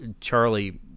Charlie